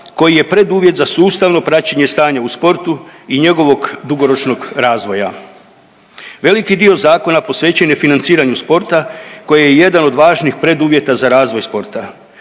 koji je preduvjet za sustavno praćenje stanja u sportu i njegovog dugoročnog razvoja. Veliki dio posvećen je financiranju sporta koje je jedan od važnih preduvjeta za razvoj sporta.